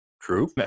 True